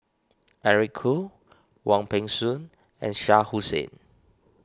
Eric Khoo Wong Peng Soon and Shah Hussain